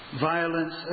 Violence